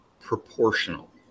proportional